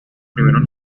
primeros